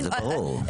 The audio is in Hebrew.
זה ברור.